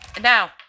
Now